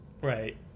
Right